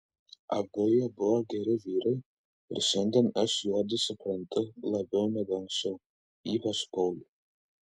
abu jie buvo geri vyrai ir šiandien aš juodu suprantu labiau negu anksčiau ypač paulių